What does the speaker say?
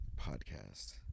podcast